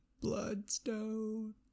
Bloodstone